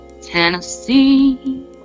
Tennessee